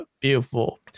beautiful